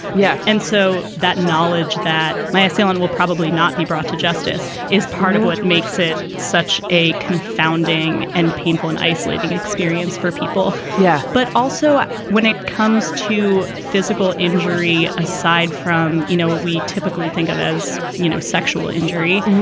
yeah. and so that knowledge that my assailant will probably not be brought to justice is part of what makes it such a confounding and painful and isolating experience for people. yeah, but also when it comes to physical injury, aside from, you know, what we typically think of as, you know, sexual injury,